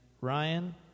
Ryan